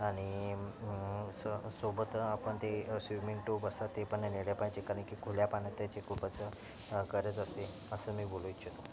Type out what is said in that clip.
आणि स सोबत आपन ते स्विमिंग टूब असंतात ते पण नेलं पाहिजे कारण की खुल्या पाण्यात त्याची खूपच गरज असते असं मी बोलू इच्छितो